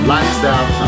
Lifestyle